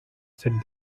said